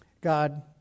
God